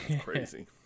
Crazy